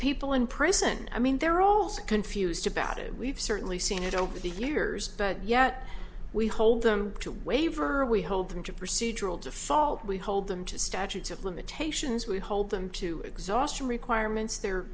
people in prison i mean they're all so confused about it we've certainly seen it over the years but yet we hold them to waver we hold them to procedural default we hold them to statutes of limitations we hold them to exhaustion requirements there